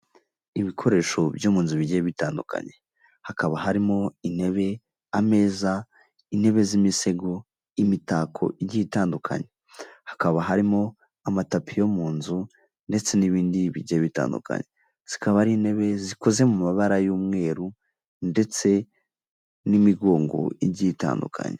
Iyi foto iratwereka icyapa cya eyateri ikatwereka umuntu ufashe urupapuro mu kuboko kw'ibumoso ndetse akaba afite na terefone mu kuboko k'iburyo akaba ari gufotora urupapuro.